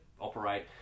operate